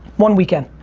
one weekend.